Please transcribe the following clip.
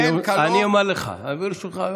אני אומר לך ברשותך,